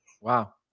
wow